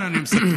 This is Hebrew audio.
כן, אני מסכם.